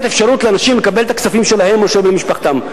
אפשרות לאנשים לקבל את הכספים שלהם או של בני משפחתם.